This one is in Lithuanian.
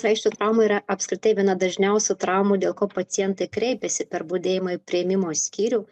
raiščio trauma yra apskritai viena dažniausių traumų dėl ko pacientai kreipiasi per budėjimą į priėmimo skyrių